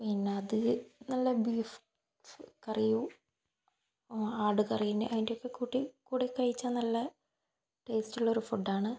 പിന്നെ അത് നല്ല ബീഫ് കറിയും ആട് കറിയിന്റെ അതിന്റെ ഒക്കെ കൂട്ടി കൂടെ കഴിച്ചാൽ നല്ല ടേസ്റ്റുള്ള ഒരു ഫുഡ് ആണ്